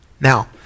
Now